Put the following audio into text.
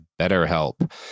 BetterHelp